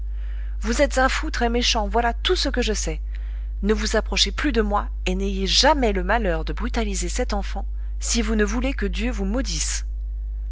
vous êtes un fou très méchant voilà tout ce que je sais ne vous approchez plus de moi et n'ayez jamais le malheur de brutaliser cet enfant si vous ne voulez que dieu vous maudisse